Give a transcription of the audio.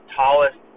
tallest